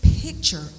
picture